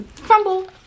Crumble